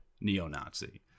neo-Nazi